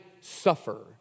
suffer